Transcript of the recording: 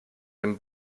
dem